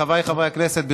חבריי חברי הכנסת,